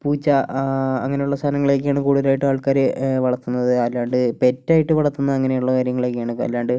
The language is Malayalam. പൂച്ച അങ്ങനെയുള്ള സാധനങ്ങളൊക്കെയാണ് കൂടുതലായിട്ട് ആൾക്കാര് വളർത്തുന്നത് അല്ലാണ്ട് പെറ്റായിട്ട് വളർത്തുന്ന അങ്ങനെയുള്ള കാര്യങ്ങളൊക്കെയാണ് വല്ലാണ്ട്